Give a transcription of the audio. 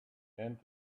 and